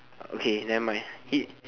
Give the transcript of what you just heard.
okay nevermind he